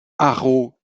arreau